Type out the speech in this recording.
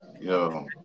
Yo